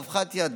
באבחת יד,